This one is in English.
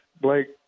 Blake